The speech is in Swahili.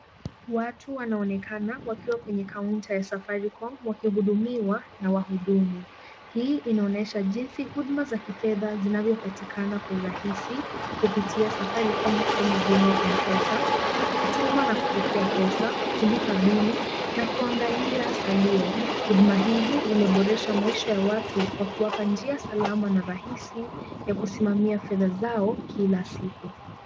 Watu wanaonekana wakiwa kwenye kaunta ya safaricom wakihudumiwa na wahudumu. Hii inaonyesha jinsi huduma za kifedha zinavyopatikaa kwa urahisi kupitia safaricom kama vile M-Pesa, kutuma na kupokea pesa, kulipa bili na kuangalia salio. Huduma hizi zimeboresha maisha ya watu kwa kuwapa njia salama na rahisi ya kusimamia fedha zao kila siku.